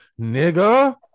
nigga